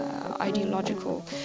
ideological